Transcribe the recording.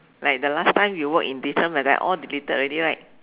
like the last time you work in Deithelm like that all deleted already right